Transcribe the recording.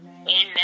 Amen